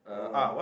um